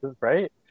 right